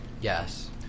Yes